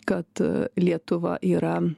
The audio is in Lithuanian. kad lietuva yra